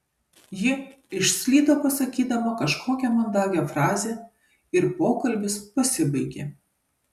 ji išslydo pasakydama kažkokią mandagią frazę ir pokalbis pasibaigė